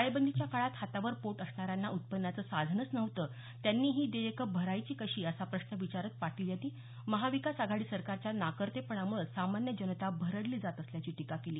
टाळेबंदीच्या काळात हातावर पोट असणाऱ्यांना उत्पन्नाचं साधनच नव्हतं त्यांनी ही देयकं भरायची कशी असा प्रश्न विचारत पाटील यांनी महाविकास आघाडी सरकारच्या नाकर्तेपणामुळे सामान्य जनता भरडली जात असल्याची टीका केली